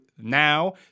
Now